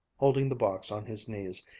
holding the box on his knees,